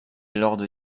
lord